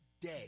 day